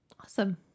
Awesome